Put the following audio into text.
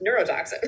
neurotoxin